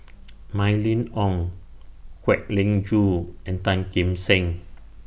Mylene Ong Kwek Leng Joo and Tan Kim Seng